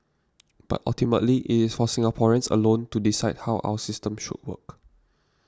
but ultimately it is for Singaporeans alone to decide how our system should work